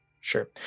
Sure